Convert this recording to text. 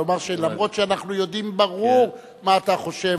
לומר שאף שאנחנו יודעים ברור מה אתה חושב,